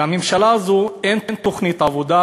לממשלה הזאת אין תוכנית עבודה